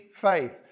faith